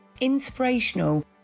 inspirational